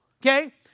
okay